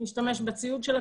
משתמש בציוד של הקיבוץ,